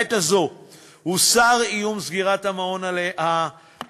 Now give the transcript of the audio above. לעת הזו הוסר איום סגירת המעון כרגע,